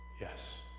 Yes